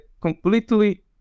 completely